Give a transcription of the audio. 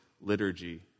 liturgy